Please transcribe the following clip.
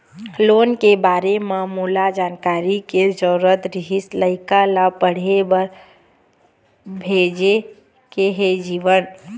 loan के बारे म मोला जानकारी के जरूरत रीहिस, लइका ला पढ़े बार भेजे के हे जीवन